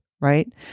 right